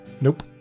nope